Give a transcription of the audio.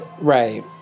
Right